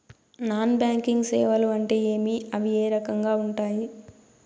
non banking సేవలు అంటే ఏమి అవి ఏ రకంగా ఉండాయి